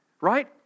right